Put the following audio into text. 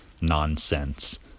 nonsense